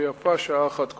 ויפה שעה אחת קודם.